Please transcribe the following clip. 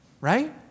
right